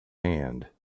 hand